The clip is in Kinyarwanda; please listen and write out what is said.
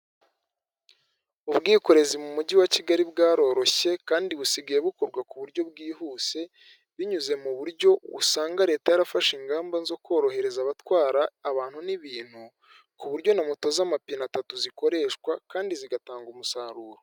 Ubwikorezi mu mujyi wa Kigali bwaroroshye kandi busigaye bukorwa ku buryo bwihuse, binyuze mu buryo usanga leta yarafashe ingamba zo korohereza abatwara abantu n'ibintu, ku buryo na moto z'amapine atatu zikoreshwa kandi zigatanga umusaruro.